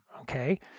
Okay